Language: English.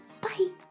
bye